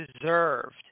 deserved